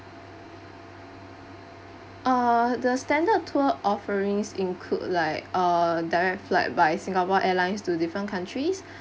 uh the standard tour offerings include like uh direct flight by singapore airlines to different countries